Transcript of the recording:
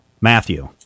Matthew